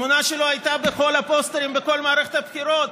תמונה שלו הייתה בכל הפוסטרים בכל מערכת הבחירות.